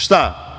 Šta?